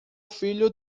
filho